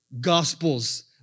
gospels